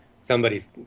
somebody's